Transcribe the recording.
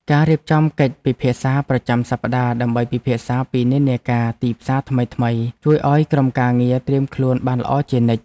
ការរៀបចំកិច្ចពិភាក្សាប្រចាំសប្តាហ៍ដើម្បីពិភាក្សាពីនិន្នាការទីផ្សារថ្មីៗ ជួយឱ្យក្រុមការងារត្រៀមខ្លួនបានល្អជានិច្ច។